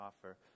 offer